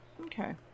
Okay